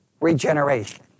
regeneration